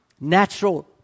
natural